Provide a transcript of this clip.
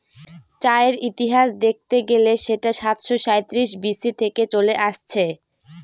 চায়ের ইতিহাস দেখতে গেলে সেটা সাতাশো সাঁইত্রিশ বি.সি থেকে চলে আসছে